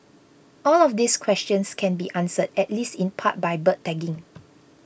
all of these questions can be answered at least in part by bird tagging